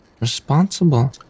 responsible